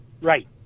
Right